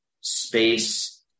space